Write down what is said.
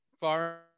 far